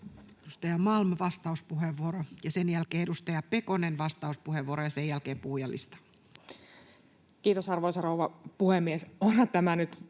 Edustaja Malm, vastauspuheenvuoro. — Ja sen jälkeen edustaja Pekonen, vastauspuheenvuoro, ja sen jälkeen puhujalistaan. Kiitos, arvoisa rouva puhemies!